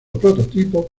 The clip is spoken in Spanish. prototipo